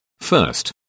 first